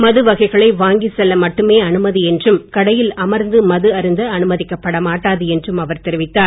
மது வகைகளை வாங்கிச் செல்ல மட்டுமே அனுமதி என்றும் கடையில் அமர்ந்து மது அருந்த அனுமதிக்கப்பட மாட்டாது என்றும் அவர் தெரிவித்தார்